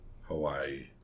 Hawaii